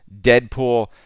Deadpool